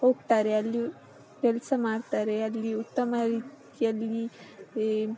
ಹೋಗ್ತಾರೆ ಅಲ್ಲಿಯೂ ಕೆಲಸ ಮಾಡ್ತಾರೆ ಅಲ್ಲಿ ಉತ್ತಮ ರೀತಿಯಲ್ಲಿ ಈ